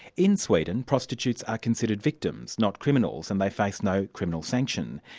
in sweden, prostitutes are considered victims, not criminals, and they face no criminal sanction.